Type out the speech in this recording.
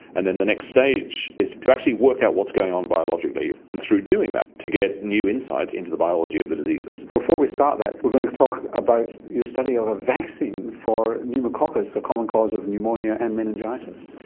and then the next stage is that you actually work out what's going on biologically, and, through doing that, to get new insights into the biology of the diseases. before we start that we're going to talk about your study of a vaccine for pneumococcus, a common cause of pneumonia and meningitis.